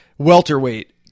Welterweight